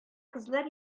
кызлар